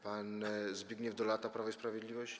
Pan Zbigniew Dolata, Prawo i Sprawiedliwość?